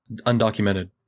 undocumented